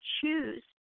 choose